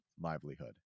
livelihood